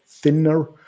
Thinner